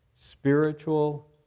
spiritual